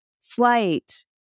slight